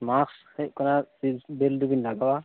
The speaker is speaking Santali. ᱢᱟᱥᱴ ᱦᱩᱭᱩᱜ ᱠᱟᱱᱟ ᱥᱤᱴ ᱵᱮᱞ ᱫᱚᱵᱤᱱ ᱞᱟᱜᱟᱣᱟ